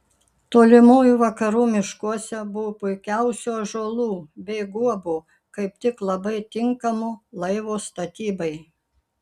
tolimųjų vakarų miškuose buvo puikiausių ąžuolų bei guobų kaip tik labai tinkamų laivo statybai